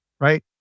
right